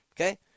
okay